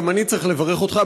גם אני צריך לברך אותך,